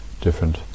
Different